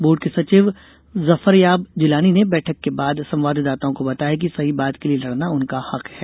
board के सचिव जफरयाब जिलानी ने बैठक के बाद संवाददाताओं को बताया कि सही बात के लिए लड़ना उनका हक है